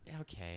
Okay